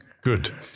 Good